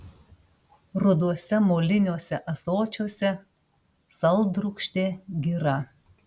ruduose moliniuose ąsočiuose saldrūgštė gira